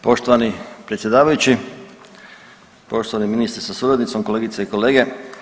Poštovani predsjedavajući, poštovani ministre sa suradnicom, kolegice i kolege.